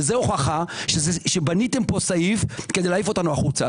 זו הוכחה שבניתם פה סעיף כדי להוציא אותנו החוצה.